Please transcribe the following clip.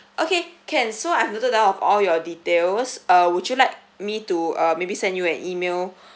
okay can so I've noted down of all your details uh would you like me to uh maybe send you an email